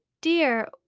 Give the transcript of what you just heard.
dear